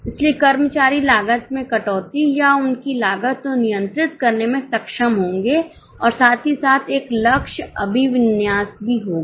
इसलिए कर्मचारी लागत में कटौती या उनकी लागत को नियंत्रित करने में सक्षम होंगे और साथ ही साथ एक लक्ष्य अभिविन्यास भी होगा